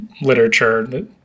literature